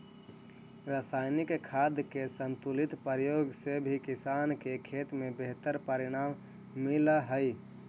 रसायनिक खाद के संतुलित प्रयोग से भी किसान के खेत में बेहतर परिणाम मिलऽ हई